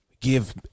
give